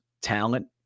talent